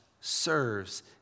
serves